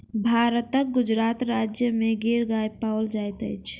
भारतक गुजरात राज्य में गिर गाय पाओल जाइत अछि